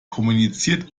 kommuniziert